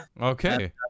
Okay